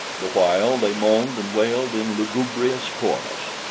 the while they moaned and wailed in lugubrious chorus.